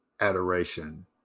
adoration